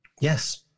yes